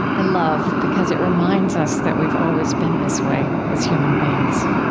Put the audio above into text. i love, because it reminds us that we've always been this way, as human beings